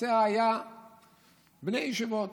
והנושא היה בני ישיבות.